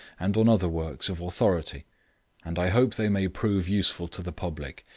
and on other works of authority and i hope they may prove useful to the public,